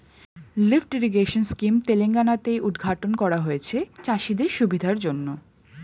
lift irrigation scheme Telangana তে উদ্ঘাটন করা হয়েছে চাষিদের সুবিধার জন্যে